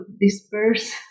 disperse